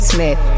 Smith